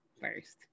first